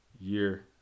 year